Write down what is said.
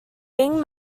bing